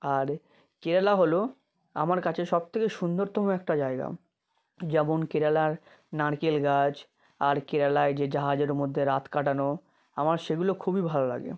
আর কেরালা হলো আমার কাছে সবথেকে সুন্দরতম একটা জায়গা যেমন কেরালার নারকেল গাছ আর কেরালায় যে জাহাজের মধ্যে রাত কাটানো আমার সেগুলো খুবই ভালো লাগে